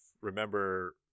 remember